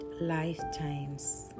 lifetimes